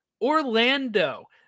Orlando